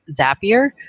Zapier